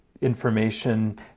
information